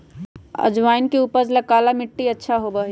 अजवाइन के उपज ला काला मट्टी अच्छा होबा हई